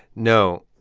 no.